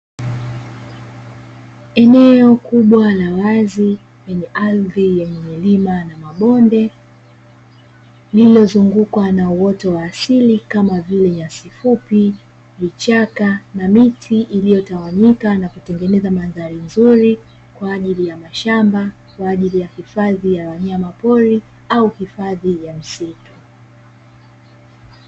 Eneo kubwa la wazi lenye ardhi yenye milima na mabonde, lililozungukwa na uoto wa asili kama vile nyasi fupi, vichaka na miti iliyotawanyika na kutengeneza mandhari nzuri kwa ajili ya mashamba, kwa ajili ya hifadhi ya wanyamapori au hifadhi ya msitu.